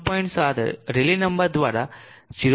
7 rally number દ્વારા 0